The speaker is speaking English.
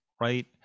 Right